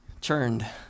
churned